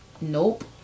Nope